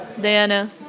Diana